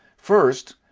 first,